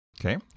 Okay